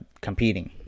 competing